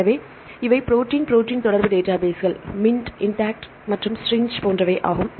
எனவே இவை protein protein தொடர்பு டேட்டாபேஸ்கள் MINT IntAct மற்றும் STRING போன்றவை ஆகும்